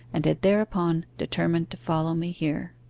and had thereupon determined to follow me here.